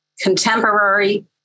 contemporary